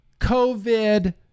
COVID